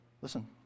listen